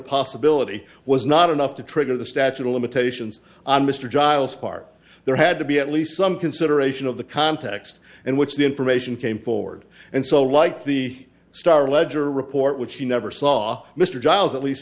possibility was not enough to trigger the statute of limitations on mr giles part there had to be at least some consideration of the context in which the information came forward and so like the star ledger report which he never saw mr